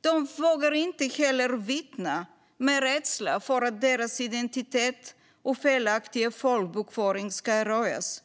De vågar inte heller vittna av rädsla för att deras identitet och felaktiga folkbokföring ska röjas.